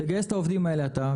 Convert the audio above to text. תגייס את העובדים האלו אתה,